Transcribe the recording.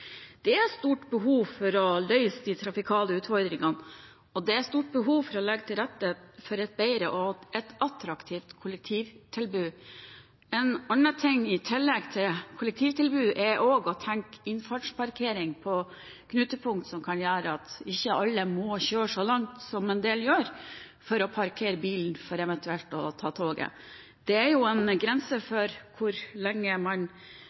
rette for et bedre og attraktivt kollektivtilbud. En annen ting – i tillegg til kollektivtilbudet – er å tenke innfartsparkering på knutepunkt, som kan gjøre at ikke alle må kjøre så langt som en del gjør for å parkere bilen for eventuelt å ta toget. Det er en grense for hvor lenge man